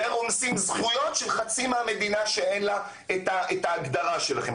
ורומסים זכויות של חצי מהמדינה שאין לה את ההגדרה שלכם.